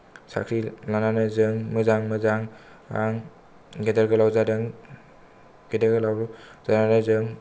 साख्रि लानानै जों मोजां मोजां आं गेदेर गोलाव जादों गेदेर गोलाव जानानै जों